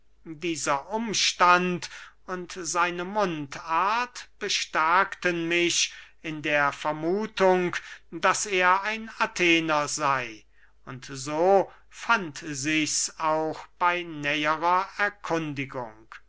dieser umstand und seine mundart bestärkten mich in der vermuthung daß er ein athener sey und so fand sichs auch bey näherer erkundigung